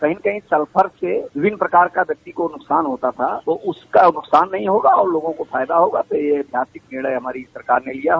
कही कहीं सल्फर से विभिन्न प्रकार का व्यक्ति को नुकसान होता था तो उसको नुकसान नहीं होगा और लोगों को फायदा होगा तो यह ऐतिहासिक निर्णय हमारी सरकार ने लिया है